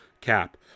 Cap